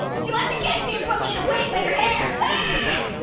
she wants to catch me, and put me in a wig, like her hair yeah